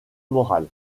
morale